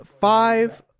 five